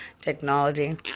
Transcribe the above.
technology